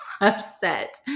upset